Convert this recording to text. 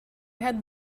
had